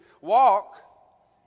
walk